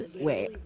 Wait